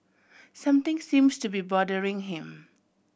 something seems to be bothering him